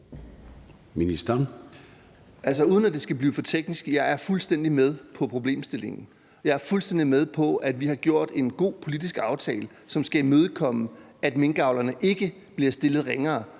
Uden at det skal blive for teknisk, er jeg fuldstændig med på problemstillingen, og jeg er fuldstændig med på, at vi har lavet en god politisk aftale, som skal imødekomme, at minkavlerne ikke bliver stillet ringere,